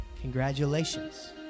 congratulations